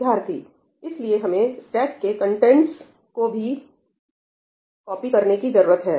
विद्यार्थी इसलिए हमें स्टैक के कंटेंटस को भी कॉपी करने की जरूरत है